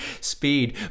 speed